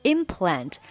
Implant